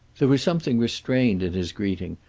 there was something restrained in his greeting,